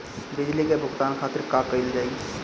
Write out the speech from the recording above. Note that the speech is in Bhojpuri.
बिजली के भुगतान खातिर का कइल जाइ?